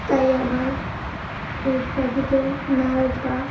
তাই আমার উট পাখি কেউ নায়ক বা